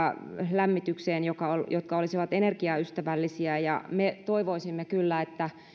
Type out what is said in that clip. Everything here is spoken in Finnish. lämmitykseen investointeja jotka olisivat energiaystävällisiä me toivoisimme kyllä että